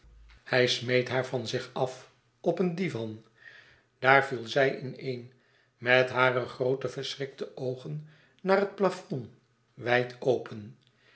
hij smeet haar van zich af op een divan daar viel zij in een met hare groote verschrikte oogen naar het plafond wijd open